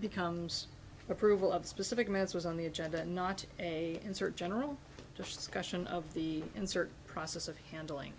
becomes approval of specific meds was on the agenda not a insert general discussion of the insert process of handling